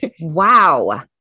Wow